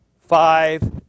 five